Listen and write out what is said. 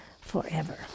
forever